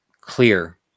clear